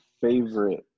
favorite